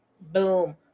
Boom